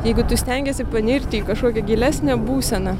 jeigu tu stengiesi panirti į kažkokią gilesnę būseną